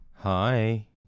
Hi